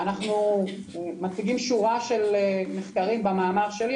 אנחנו מציגים שורה של מחקרים במאמר שלי,